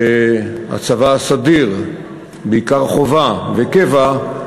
מזה שהצבא הסדיר, בעיקר חובה וקבע,